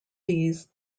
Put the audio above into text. these